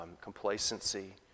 complacency